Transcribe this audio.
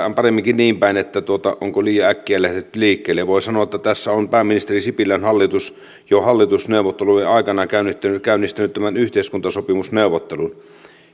paremminkin niinpäin että onko liian äkkiä lähdetty liikkeelle voi sanoa että tässä on pääministeri sipilän hallitus jo hallitusneuvottelujen aikana käynnistänyt tämän yhteiskuntasopimusneuvottelun